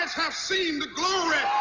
have seen the glory